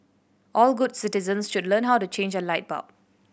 all good citizens should learn how to change a light bulb